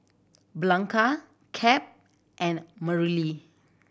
Blanca Cap and Mareli